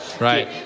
Right